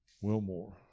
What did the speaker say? Wilmore